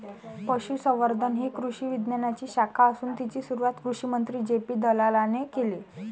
पशुसंवर्धन ही कृषी विज्ञानाची शाखा असून तिची सुरुवात कृषिमंत्री जे.पी दलालाने केले